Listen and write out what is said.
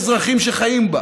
האזרחים שחיים בה,